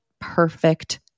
perfect